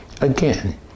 Again